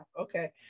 Okay